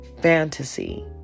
fantasy